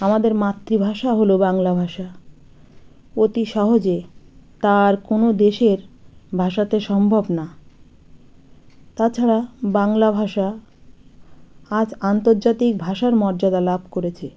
আমাদের মাতৃভাষা হলো বাংলা ভাষা অতি সহজে তা আর কোনো দেশের ভাষাতে সম্ভব না তাছাড়া বাংলা ভাষা আজ আন্তর্জাতিক ভাষার মর্যাদা লাভ করেছে